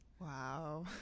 Wow